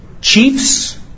chiefs